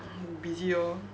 mm busy lor